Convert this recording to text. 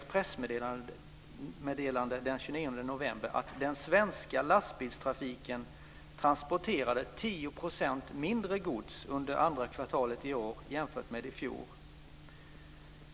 29 november att den svenska lastbilstrafiken transporterade 10 % mindre gods under andra kvartalet i år jämfört med i fjol.